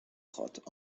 خواد